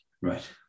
Right